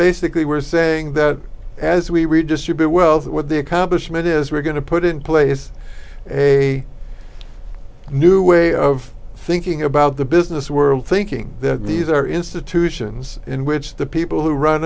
basically we're saying that as we redistribute wealth what the accomplishment is we're going to put in place a new way of thinking about the business world thinking that these are institutions in which the people who run